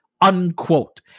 unquote